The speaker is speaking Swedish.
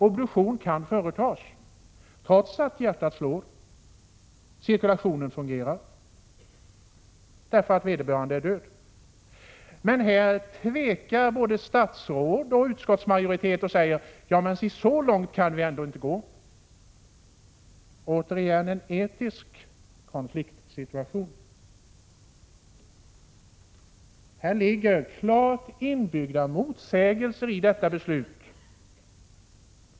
Obduktion kan företas, för vederbörande är ju död, trots att hjärtat slår och cirkulationen fungerar. Här tvekar både statsrådet och utskottsmajoriteten och menar att så långt kan vi ändå inte gå. Återigen en etisk konfliktsituation! Det ligger klart inbyggda motsägelser i detta beslut.